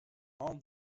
all